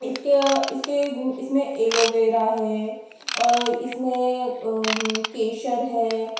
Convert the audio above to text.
इसका इसके इसमें एलो वेरा है और इसमें केसर है